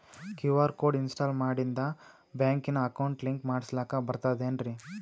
QR code install ಮಾಡಿಂದ ಬ್ಯಾಂಕಿನ account link ಮಾಡಸ್ಲಾಕ ಬರ್ತದೇನ್ರಿ